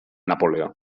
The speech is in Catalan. napoleó